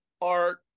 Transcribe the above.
art